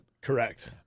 Correct